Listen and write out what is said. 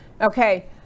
Okay